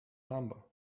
number